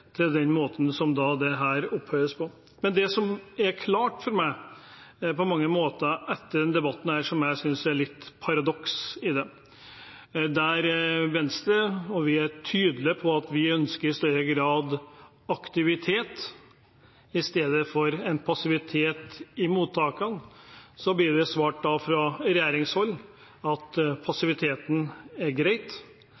den måten som dette opphøyes på. Men det som er klart for meg på mange måter etter denne debatten, som jeg synes er et lite paradoks, er at der Venstre er tydelige på at vi i større grad ønsker aktivitet i stedet for passivitet i mottakene, blir det svart fra regjeringshold at passiviteten er greit.